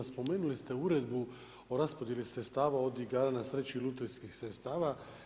Spomenuli ste uredbu o rasporedbi sredstava od igara na sreću i lutrijskih sredstava.